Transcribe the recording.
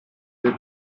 del